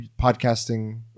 podcasting